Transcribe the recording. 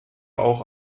auch